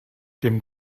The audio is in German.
dem